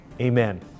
amen